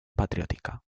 patriótica